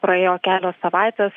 praėjo kelios savaitės